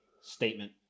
statement